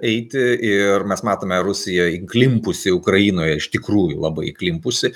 eiti ir mes matome rusija įklimpusi ukrainoje iš tikrųjų labai įklimpusi